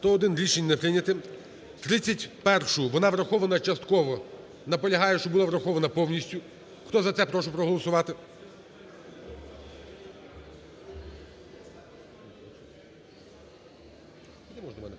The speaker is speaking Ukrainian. За-101 Рішення не прийняте. 31-у. Вона врахована частково. Наполягаю, щоб була врахована повністю. Хто за це, прошу проголосувати.